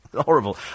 Horrible